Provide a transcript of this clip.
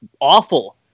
awful